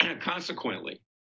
consequently